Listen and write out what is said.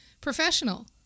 professional